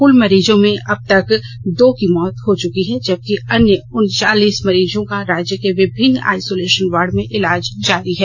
कुल मरीजों में अब तक तीन की मौत हो चुकी है जबकि अन्य उनचालीस मरीजों का राज्य के विभिन्न आइसोलेशन वार्ड में इलाज जारी है